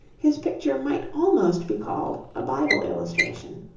his picture might almost be called a bible illustration.